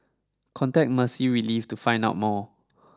contact Mercy Relief to find out more